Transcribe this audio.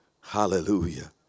hallelujah